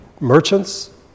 merchants